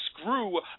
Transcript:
Screw